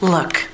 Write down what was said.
Look